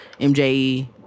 MJE